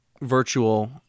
virtual